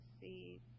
see